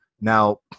Now